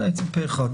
הצבעה בעד, פה אחד